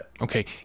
Okay